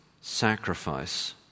sacrifice